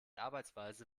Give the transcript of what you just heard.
arbeitsweise